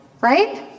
right